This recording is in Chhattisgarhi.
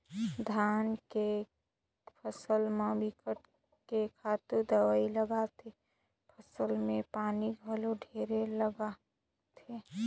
धान के फसल म बिकट के खातू दवई लागथे, ए फसल में पानी घलो ढेरे लागथे